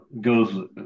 goes